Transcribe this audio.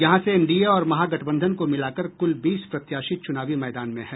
यहां से एनडीए और महागठंबधन को मिलाकर कुल बीस प्रत्याशी चुनावी मैदान में हैं